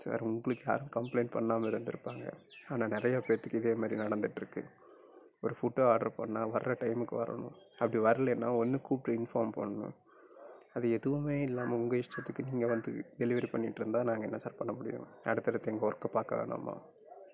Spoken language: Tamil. சார் உங்களுக்கு யாரும் கம்ப்ளெயிண்ட் பண்ணாமல் இருந்திருப்பாங்க ஆனால் நிறைய பேத்துக்கு இதே மாதிரி நடந்துகிட்ருக்கு ஒரு ஃபுட்டு ஆடரு பண்ண வர டைமுக்கு வரணும் அப்படி வரலேனா ஒன்று கூப்பிட்டு இன்ஃபார்ம் பண்ணணும் அது எதுவுமே இல்லாமல் உங்கள் இஷ்டத்துக்கு நீங்கள் வந்து டெலிவெரி பண்ணிகிட்ருந்தா நாங்கள் என்ன சார் பண்ண முடியும் அடுத்தடுத்து எங்கள் ஒர்க்கை பார்க்க வேணாமா